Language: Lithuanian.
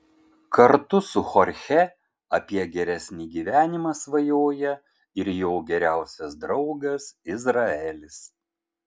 kartu su chorche apie geresnį gyvenimą svajoja jo geriausias draugas izraelis